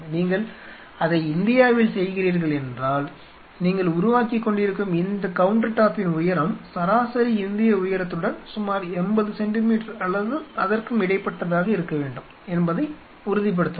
நீங்கள் அதை இந்தியாவில் செய்கிறீர்கள் என்றால் நீங்கள் உருவாக்கிக்கொண்டிருக்கும் இந்த கவுண்டர்டாப்பின் உயரம் சராசரி இந்திய உயரத்துடன் சுமார் 80 சென்டிமீட்டர் அல்லது அதற்கும் இடைப்பட்டதாக இருக்க வேண்டும் என்பதை உறுதிப்படுத்தவும்